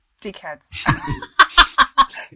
dickheads